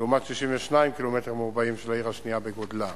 לעומת 62 קילומטר מרובע של העיר השנייה בגודלה.